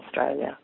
Australia